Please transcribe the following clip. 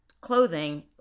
clothing